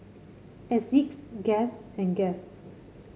Asics Guess and Guess